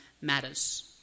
matters